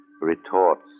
retorts